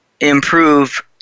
improve